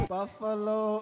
Buffalo